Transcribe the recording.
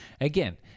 Again